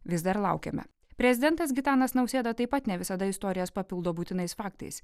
vis dar laukiame prezidentas gitanas nausėda taip pat ne visada istorijas papildo būtinais faktais